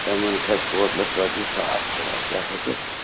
یِمَن کھسہِ ہوٹلَس رۄپیہِ ساس کِراے کیٛاہ کھسٮ۪کھ